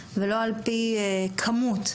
לפני חודש היה 10 אחוז גנים סגורים בארץ.